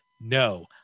No